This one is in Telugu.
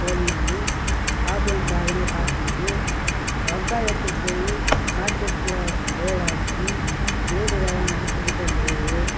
తోలినాము కాపు ఏం బాగనే కాసింది వంకాయ్ ఎత్తుకుపోయి మార్కెట్లో వేయడానికి రోడ్డు రవాణాలు సరిగా లేవు